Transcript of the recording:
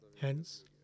Hence